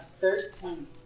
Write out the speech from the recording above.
Thirteen